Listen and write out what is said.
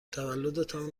تولدتان